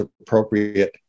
appropriate